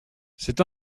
c’est